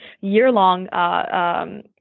year-long